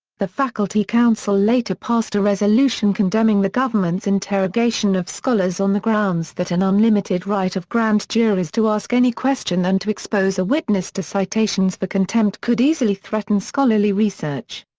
the faculty council later passed a resolution condemning the government's interrogation of scholars on the grounds that an unlimited right of grand juries to ask any question and to expose a witness to citations for contempt could easily threaten scholarly research.